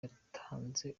yatanze